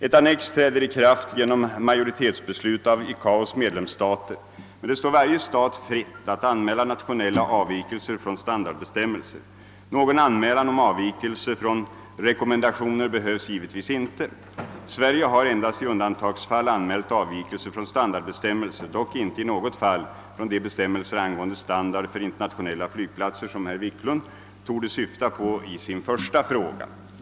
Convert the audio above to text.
Ett annex träder i kraft genom majoritetsbeslut av ICAO:s medlemsstater men det står varje stat fritt att anmäla nationella avvikelser från standardbestämmelser. Någon anmälan om avvikelse från rekommendationer behövs givetvis inte. Sverige har endast i undatagsfall anmält avvikelser från standardbestämmelser, dock inte i något fall från de bestämmelser angående standard för internationnella flygplatser som herr Wiklund torde syfta på i sin första fråga.